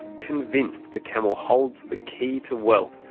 convinced the camel holds the key to wealth,